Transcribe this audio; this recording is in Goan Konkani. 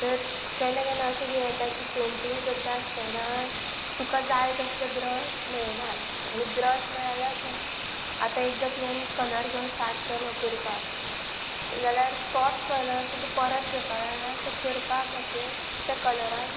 तर केन्ना केन्ना अशें कितें जाता की पेंटींग करता आसतना तुका जाय तसलें ब्रश मेळनात आनी ब्रश मेळ तूं आतां एकदां तुवें कलर घेवन स्टार्ट केलो करपाक जाल्यार तोच कलर तुका परत करपाक जाय जाल्यार ते करपाक मातशें त्या कलरान